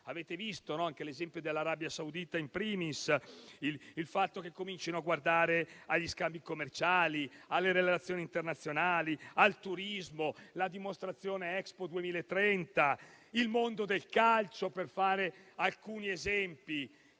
Avete visto anche l'esempio dell'Arabia Saudita, *in primis*, e il fatto che si cominci a guardare agli scambi commerciali, alle relazioni internazionali, al turismo (dimostrazione ne è Expo 2030) e al mondo del calcio, per fare alcuni esempi